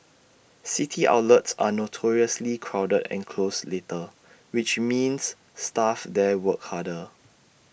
city outlets are notoriously crowded and close later which means staff there work harder